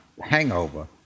hangover